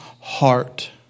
heart